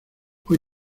hoy